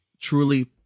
truly